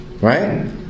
Right